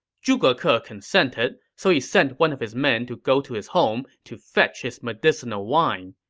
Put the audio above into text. zhuge ke ah consented, so he sent one of his men to go to his home to fetch his medicinal wine.